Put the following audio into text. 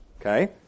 Okay